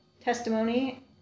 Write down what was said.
Testimony